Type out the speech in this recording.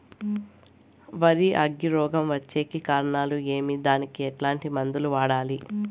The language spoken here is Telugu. వరి అగ్గి రోగం వచ్చేకి కారణాలు ఏమి దానికి ఎట్లాంటి మందులు వాడాలి?